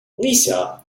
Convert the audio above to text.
lisa